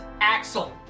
Axel